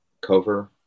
cover